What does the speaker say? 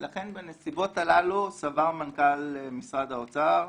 ולכן בנסיבות הללו, סבר מנכ"ל משרד האוצר,